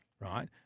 right